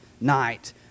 night